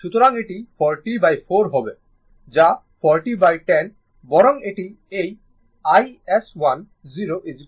সুতরাং এটি 404 হবে যা 4010 বরং এটি এই iS10 4 অ্যাম্পিয়ার